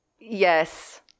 Yes